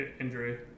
injury